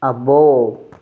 అబ్బో